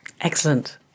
Excellent